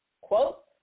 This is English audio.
quote